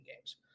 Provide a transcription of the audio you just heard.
games